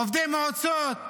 עובדי מועצות,